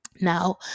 now